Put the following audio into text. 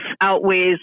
outweighs